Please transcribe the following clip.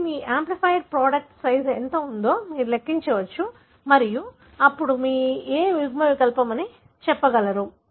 కాబట్టి మీ amplified product size ఎంత ఉందో మీరు లెక్కించవచ్చు మరియు అప్పుడు మీరు ఏ యుగ్మ వికల్పం చెప్పగలరు